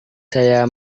saya